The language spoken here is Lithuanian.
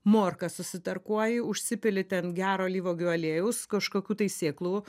morką susitarkuoji užsipilti ten gero alyvuogių aliejaus kažkokių tai sėklų